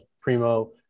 primo